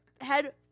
head